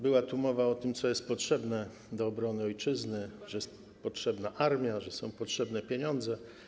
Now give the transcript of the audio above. Była tu mowa o tym, co jest potrzebne do obrony ojczyzny, że jest potrzebna armia, że są potrzebne pieniądze.